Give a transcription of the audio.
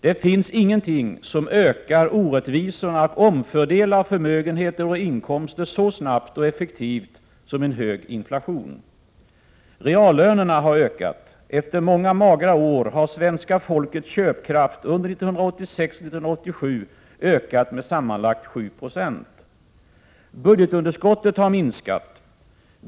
Det finns ingenting som ökar orättvisorna, omfördelar förmögenheter och inkomster så snabbt och effektivt som en hög inflation. Reallönerna har ökat. Efter många magra år har svenska folkets köpkraft under 1986 och 1987 ökat med sammanlagt 7 96. Budgetunderskottet har minskat.